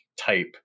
type